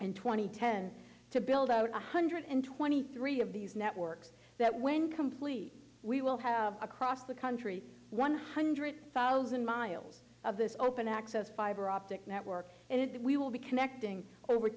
and twenty ten to build out one hundred twenty three of these networks that when complete we will have across the country one hundred thousand miles of this open access fiber optic network and we will be connecting over